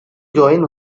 join